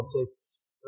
objects